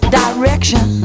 direction